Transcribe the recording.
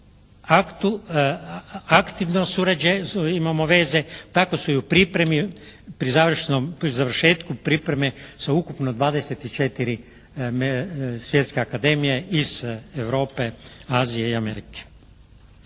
aktivno imamo veze, tako su i u pripremi pri završetku pripreme sveukupno 24 svjetske akademije iz Europe, Azije i Amerike.